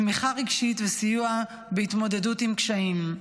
תמיכה רגשית וסיוע בהתמודדות עם קשיים.